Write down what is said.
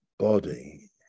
Body